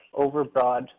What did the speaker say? overbroad